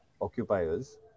occupiers